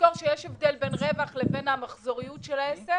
נזכור שיש הבדל בין רווח לבין מחזור בעסק,